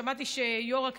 הוא כבר סיים,